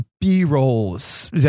B-rolls